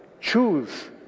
choose